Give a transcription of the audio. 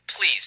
Please